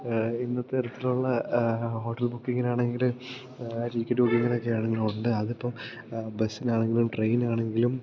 ഇന്നത്തെ തരത്തിലുള്ള ഹോട്ടൽ ബുക്കിങ്ങിനാണെങ്കിൽ ടിക്കറ്റ് ബുക്കിങ്ങിലൊക്കെയാണെങ്കിലുണ്ട് അതിപ്പം ബസ്സിനാണെങ്കിലും ട്രെയ്നാണെങ്കിലും